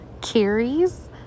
carries